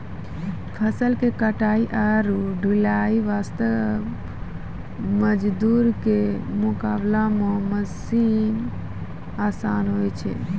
फसल के कटाई आरो ढुलाई वास्त मजदूर के मुकाबला मॅ मशीन आसान होय छै